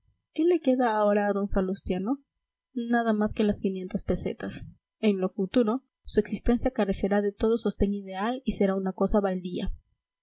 qué le queda ahora a d salustiano nada más que las pesetas en lo futuro su existencia carecerá de todo sostén ideal y será una cosa baldía